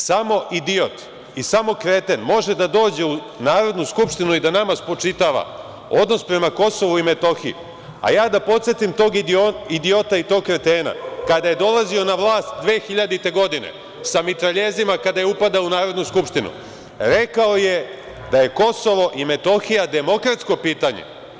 Samo idiot i samo kreten može da dođe u Narodnu skupštinu i da nama spočitava odnos prema Kosovu i Metohiji, a ja da podsetim tog idiota i tog kretena, kada je dolazio na vlast 2000. godine, sa mitraljezima kada je upadao u Narodnu skupštinu, rekao je da je Kosovo i Metohija demokratsko pitanje.